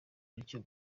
bityo